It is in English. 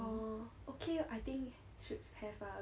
orh okay I think should have ah